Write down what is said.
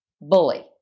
bully